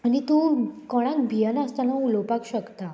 आनी तूं कोणाक भियेनासतना उलोवपाक शकता